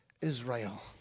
Israel